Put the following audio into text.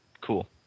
Cool